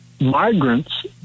migrants